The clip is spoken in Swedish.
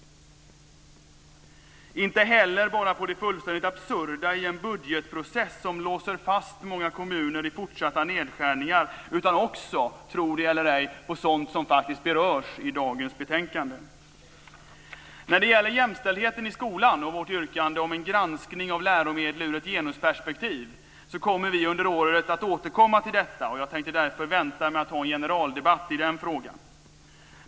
Jag tänker inte heller på det fullständigt absurda i en budgetprocess som låser fast många kommuner i fortsatta nedskärningar utan också, tro det eller ej, på sådant som faktiskt berörs i dagens betänkande. När det gäller jämställdheten i skolan och vårt yrkande om en granskning av läromedlen ur ett genusperspektiv vill jag säga att vi under året kommer att återkomma till detta. Jag tänkte därför vänta med att ta en generaldebatt i den frågan.